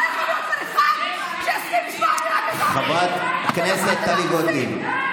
לא יכול להיות, חברת הכנסת טלי גוטליב.